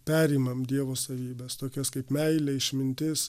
perimam dievo savybes tokias kaip meilė išmintis